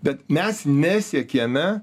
bet mes nesiekėme